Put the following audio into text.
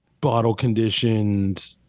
bottle-conditioned